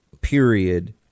Period